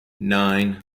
nine